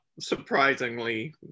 surprisingly